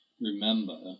remember